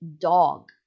dog